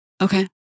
Okay